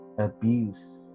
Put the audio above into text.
abuse